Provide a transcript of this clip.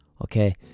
Okay